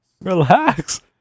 Relax